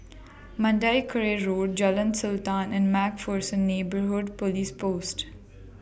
Mandai Quarry Road Jalan Sultan and Mac Pherson Neighbourhood Police Post